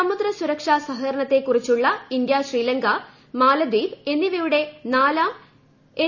സമുദ്ര സുരക്ഷാ സഹകരണത്തെക്കുറിച്ചുള്ള ഇന്ത്യ ശ്രീലങ്ക മാലദ്വീപ് എന്നിവയുടെ നാലാം എൻ